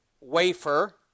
wafer